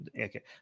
Okay